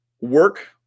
work